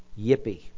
yippee